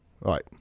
Right